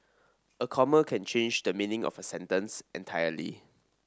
a comma can change the meaning of a sentence entirely